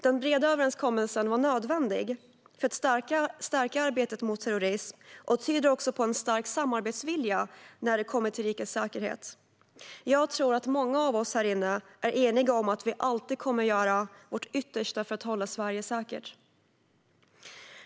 Den breda överenskommelsen var nödvändig för att stärka arbetet mot terrorism och tyder på en stark samarbetsvilja när det kommer till rikets säkerhet. Jag tror att många av oss här inne är eniga om att vi alltid kommer att göra vårt yttersta för att hålla Sverige säkert.